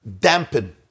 dampen